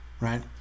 right